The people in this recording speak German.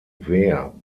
wehr